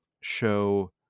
show